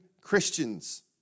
Christians